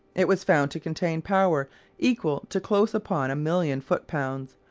it was found to contain power equal to close upon a million foot-pounds,